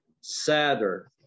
sadder